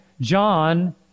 John